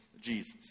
Jesus